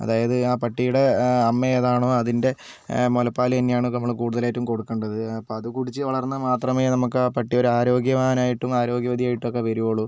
അതായത് ആ പട്ടിയുടെ അമ്മയേതാണോ അതിന്റെ മുലപ്പാൽ തന്നെയാണ് നമ്മൾ കൂടുതലായിട്ടും കൊടുക്കേണ്ടത് അപ്പോൾ അത് കുടിച്ച് വളർന്നാൽ മാത്രമേ നമുക്ക് പട്ടി ഒരു ആരോഗ്യവാനായിട്ടും ആരോഗ്യവതിയായിട്ടൊക്കെ വരൊളൂ